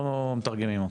לא מתרגמים.